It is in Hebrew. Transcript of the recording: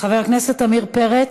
חבר הכנסת עמיר פרץ,